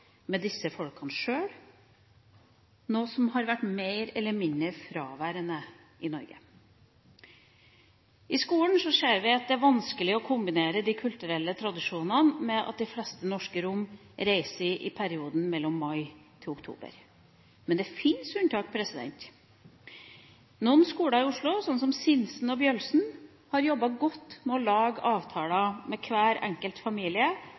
med disse folkene sjøl, noe som har vært mer eller mindre fraværende i Norge. I skolen ser vi at det er vanskelig å kombinere de kulturelle tradisjonene med at de fleste norske romer reiser i perioden mai–oktober. Men det fins unntak. Noen skoler i Oslo, som Sinsen skole og Bjølsen skole, har jobbet godt med å lage avtaler med hver enkelt familie